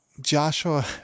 Joshua